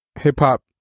hip-hop